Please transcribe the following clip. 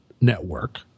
network